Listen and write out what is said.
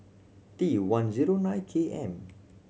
T one zero nine K M